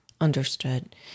understood